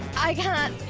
i can't,